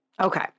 Okay